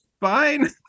fine